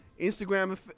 Instagram